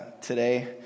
today